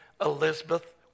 Elizabeth